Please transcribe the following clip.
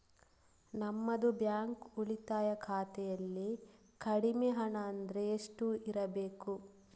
ನಮ್ಮದು ಬ್ಯಾಂಕ್ ಉಳಿತಾಯ ಖಾತೆಯಲ್ಲಿ ಕಡಿಮೆ ಹಣ ಅಂದ್ರೆ ಎಷ್ಟು ಇರಬೇಕು?